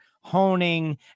honing